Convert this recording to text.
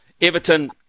Everton